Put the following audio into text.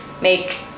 make